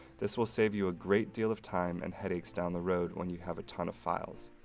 this will save you a great deal of time and headaches down the road when you have a ton of files.